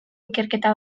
ikerketa